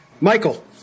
Michael